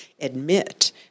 admit